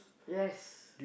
yes